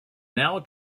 now